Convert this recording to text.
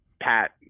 Pat